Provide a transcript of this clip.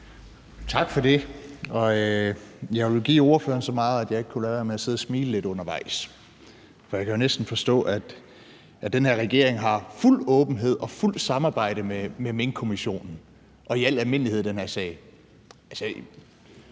Tak for det. Og jeg vil give ordføreren så meget, at jeg ikke kunne lade være med at sidde og smile lidt undervejs. For jeg kan jo næsten forstå, at den her regering har fuld åbenhed og fuldt samarbejde med Minkkommissionen og i al almindelighed i den her sag. Fordi